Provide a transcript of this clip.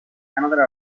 another